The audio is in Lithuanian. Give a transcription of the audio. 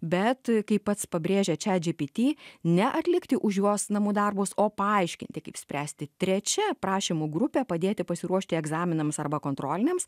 bet kaip pats pabrėžia chat gpt neatlikti už juos namų darbus o paaiškinti kaip spręsti trečia prašymų grupė padėti pasiruošti egzaminams arba kontroliniams